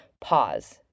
pause